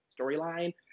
storyline